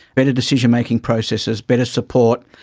better decision-making processes, better support,